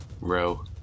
Row